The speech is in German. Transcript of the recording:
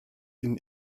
ihn